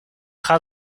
gaat